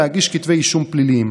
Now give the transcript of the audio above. להגיש כתבי אישום פליליים.